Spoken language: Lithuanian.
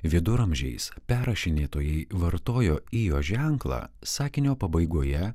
viduramžiais perrašinėtojai vartojo įjo ženklą sakinio pabaigoje